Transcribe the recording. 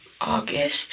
August